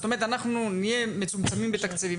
זאת אומרת אנחנו נהיה מצומצמים בתקציבים.